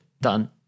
Done